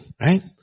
right